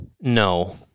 No